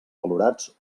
valorats